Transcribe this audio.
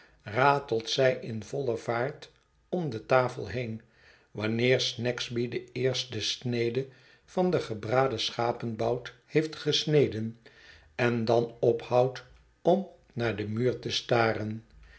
ratelt zij in volle vaart om de tafel heen wanneer snagsby de eerste snede van den gebraden schapenbout heeft gesneden en dan ophoudt om naar den muur te staren